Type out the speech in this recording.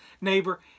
neighbor